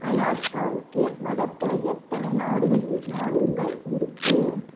அலாஸ்காவுக்கு வடக்கில் எத்தனை நாடுகள் இரு நாடுகள் இருக்குது